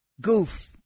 goof